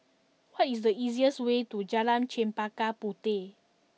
what is the easiest way to Jalan Chempaka Puteh